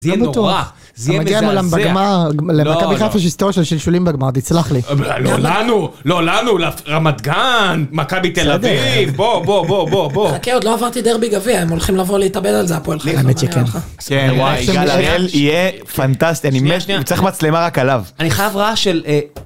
זה יהיה נורא, זה יהיה מזעזע. מגיע מולם בגמר, למכבי חיפה יש היסטוריה של שילשולים בגמר. תסלח לי. לא לנו, לא לנו, רמת-גן, מכבי בתל אביב. בוא, בוא, בוא, בוא. חכה, עוד לא עברתי דרבי גביע, הם הולכים לבוא להתאבד על זה. האמת שכן. כן, וואי. גניאל יהיה פנטסטי. אני באמת, הוא צריך מצלמה רק עליו. אני חייב רעש של...